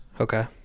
Okay